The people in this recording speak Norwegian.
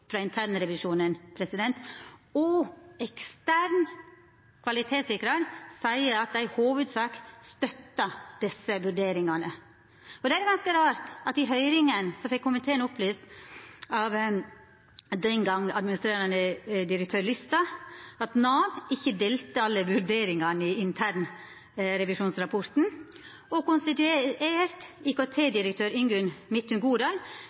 frå internrevisjonen, og den eksterne kvalitetssikraren seier at dei i hovudsak støttar desse vurderingane. Då er det ganske rart at i høyringa fekk komiteen opplyst av tidlegare administrerande direktør Lystad at Nav ikkje delte alle vurderingane i den interne revisjonsrapporten, og konstituert IKT-direktør Ingunn Midttun Godal